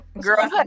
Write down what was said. Girl